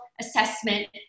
assessment